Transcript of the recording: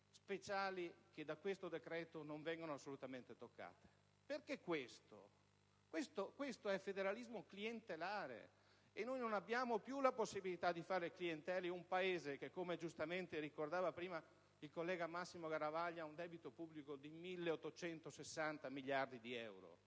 «speciali», che da questo decreto non vengono assolutamente toccate? Questo è federalismo clientelare, e noi non abbiamo più la possibilità di fare clientele in un Paese che, come giustamente ricordava prima il collega Massimo Garavaglia, ha un debito pubblico di 1.860 miliardi di euro.